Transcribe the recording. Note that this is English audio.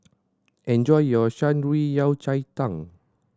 enjoy your Shan Rui Yao Cai Tang